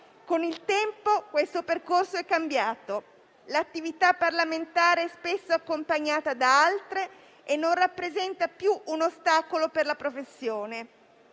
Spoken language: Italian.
Con il tempo, questo percorso è cambiato; l'attività parlamentare è spesso accompagnata da altre e non rappresenta più un ostacolo per la professione.